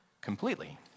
completely